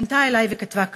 שפנתה אלי וכתבה כך: